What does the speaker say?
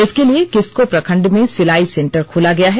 इसके लिए किस्को प्रखंड में सिलाई सेंटर खोला गया है